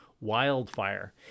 Wildfire